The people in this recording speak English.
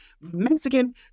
Mexican